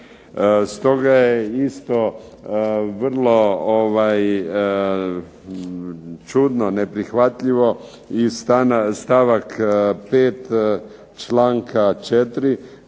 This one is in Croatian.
Stoga je isto vrlo čudno, neprihvatljivo i stavak 5. članka 4.